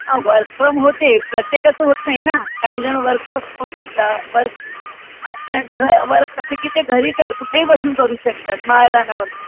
हां work from होते प्रत्येकाचं होतं नाही ना काही जणं वर्क फ्रॉम करता वर्क असं त्यांचं घर वर्क असते की ते घरी काय कुठेही बसून करू शकतात माळरानावर पण